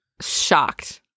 shocked